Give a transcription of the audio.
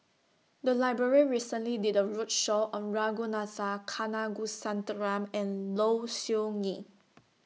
The Library recently did A roadshow on Ragunathar Kanagasuntheram and Low Siew Nghee